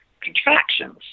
contractions